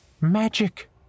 Magic